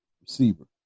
receiver